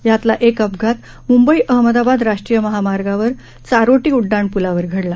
यातला एक अपघात मुंबई अहमदाबाद राष्ट्रीय महामार्गवर चारोटी उडडाणप्लावर घडला